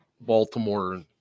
Baltimore